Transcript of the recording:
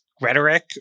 rhetoric